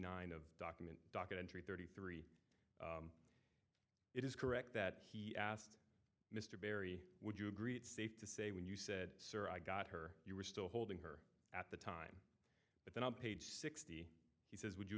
nine of document documentary thirty three it is correct that he asked mr barry would you agree it's safe to say when you said sir i got her you were still holding her at the time but then on page sixty says would you